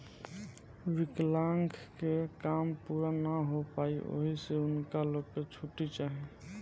विकलांक से काम पूरा ना हो पाई ओहि से उनका लो के छुट्टी चाही